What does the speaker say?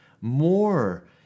more